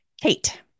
Kate